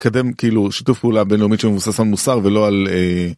מקדם, כאילו, שיתוף פעולה בינלאומי שמבוסס על מוסר ולא על...